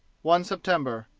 one september.